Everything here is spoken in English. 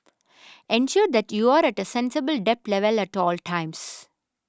ensure that you are at a sensible debt level at all times